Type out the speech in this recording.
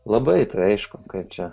labai aišku kad čia